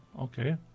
Okay